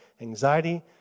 anxiety